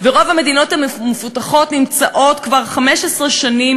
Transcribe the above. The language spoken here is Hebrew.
ורוב המדינות המפותחות נמצאות כבר 15 שנים